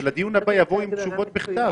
שלדיון הבא יבואו עם תשובות בכתב.